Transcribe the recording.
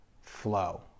Flow